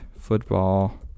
football